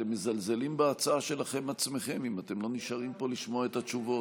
אתם מזלזלים בהצעה שלכם עצמכם אם אתם לא נשארים פה לשמוע את התשובות.